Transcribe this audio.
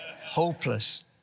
Hopeless